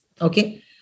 Okay